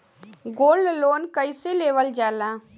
Gold loan कईसे लेवल जा ला?